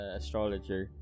astrologer